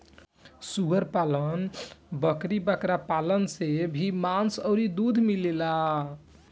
सूअर पालन, बकरी बकरा पालन से भी मांस अउरी दूध मिलेला